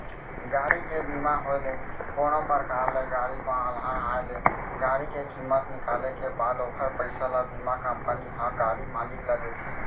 गाड़ी के बीमा होय ले कोनो परकार ले गाड़ी म अलहन आय ले गाड़ी के कीमत निकाले के बाद ओखर पइसा ल बीमा कंपनी ह गाड़ी मालिक ल देथे